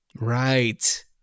right